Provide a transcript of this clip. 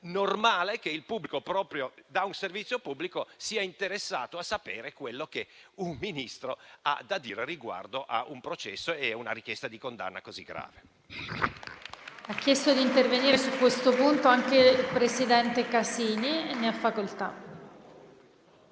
normale che il pubblico, proprio da un servizio pubblico, sia interessato a sapere quello che un Ministro ha da dire riguardo a un processo e a una richiesta di condanna così grave.